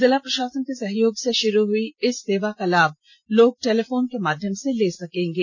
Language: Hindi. जिला प्रषासन के सहयोग से षुरू हई इस सेवा का लाभ लोग टेलीफोन के माध्यम से ले सकेंगे